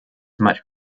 much